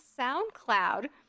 SoundCloud